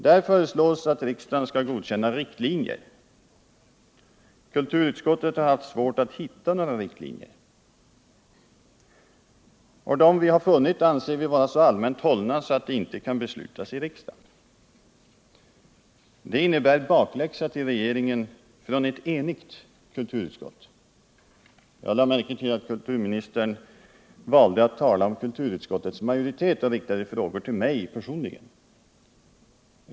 Där föreslås att riksdagen skall godkänna riktlinjer. Kulturutskottet har haft svårt att hitta några riktlinjer. Och dem vi har funnit anser vi vara så allmänt hållna att de inte kan godkännas av riksdagen. Det innebär en bakläxa för regeringen från ett enigt kulturutskott. Jag lade märke till att kulturministern valde att tala om kulturutskottets majoritet och riktade frågor till mig personligen.